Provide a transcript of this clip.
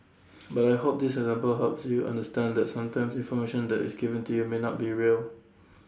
but I hope this example helps you understand that sometimes information that is given to you may not be real